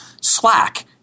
Slack –